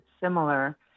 similar